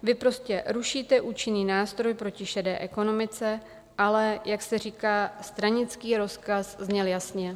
Vy prostě rušíte účinný nástroj proti šedé ekonomice, ale jak se říká, stranický rozkaz zněl jasně.